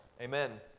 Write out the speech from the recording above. Amen